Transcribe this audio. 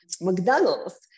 mcdonald's